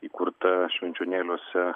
įkurta švenčionėliuose